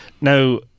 Now